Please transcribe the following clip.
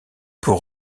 pour